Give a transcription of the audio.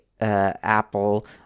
Apple